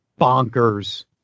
bonkers